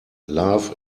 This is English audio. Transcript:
love